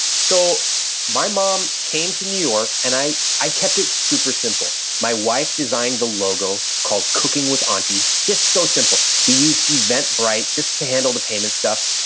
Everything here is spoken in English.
so my mom came to new york and i i kept it super simple. my wife designed the logo called, cooking with auntie. just so simple. we used eventbrite just to handle the payment stuff.